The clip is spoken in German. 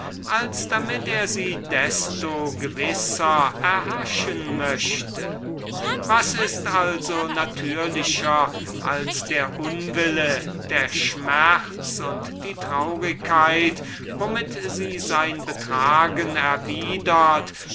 als damit er sie desto gewisser erhaschen möchte was ist also natürlicher als der unwille der schmerz und die traurigkeit womit sie sein betragen erwidert